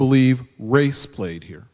believe race played here